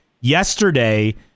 yesterday